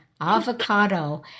avocado